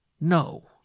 No